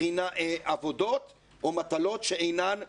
עבודות או מטלות שאינן בחינה.